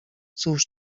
cóż